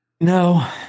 no